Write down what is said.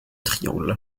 triangle